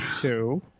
Two